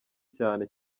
cyane